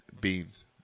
beans